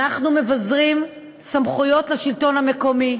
אנחנו מבזרים סמכויות לשלטון המקומי.